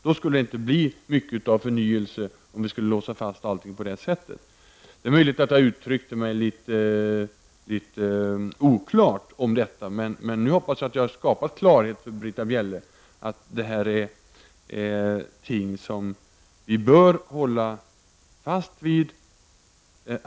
Det skulle inte bli mycket av förnyelse om vi skulle låsa fast allt på det sättet. Det är möjligt att jag uttryckte mig litet oklart om detta, men nu hoppas jag att jag skapat klarhet för Britta Bjelle. Detta är ting vi bör hålla fast vid.